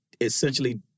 essentially